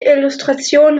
illustration